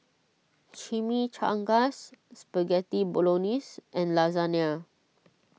Chimichangas Spaghetti Bolognese and Lasagna